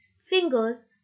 fingers